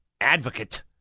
advocate